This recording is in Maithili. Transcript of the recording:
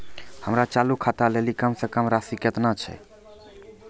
हमरो चालू खाता लेली कम से कम राशि केतना छै?